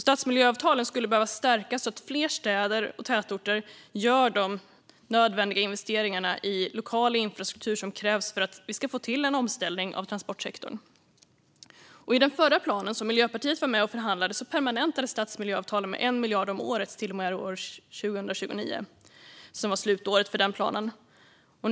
Stadsmiljöavtalen skulle behöva stärkas så att fler städer och tätorter gör de nödvändiga investeringarna i lokal infrastruktur som krävs för att vi ska få till en omställning av transportsektorn. I den förra planen som Miljöpartiet var med och förhandlade om permanentades stadsmiljöavtalen med 1 miljard kronor om året till och med år 2029, som var slutåret för den planen.